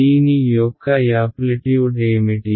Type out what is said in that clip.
దీని యొక్క యాప్లిట్యూడ్ ఏమిటి